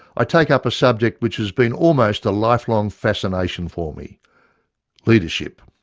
i take up a subject which has been almost a life-long fascination for me leadership,